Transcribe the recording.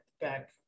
Back